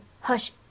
hush